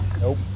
Nope